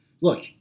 Look